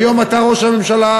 היום אתה ראש הממשלה.